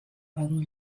dragon